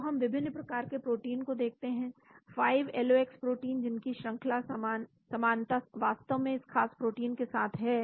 तो हम विभिन्न प्रकार के प्रोटीन को देखते हैं 5LOX प्रोटीन जिनकी श्रंखला समानता वास्तव में इस खास प्रोटीन के साथ है